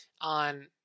on